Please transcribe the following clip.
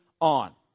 on